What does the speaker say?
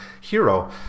hero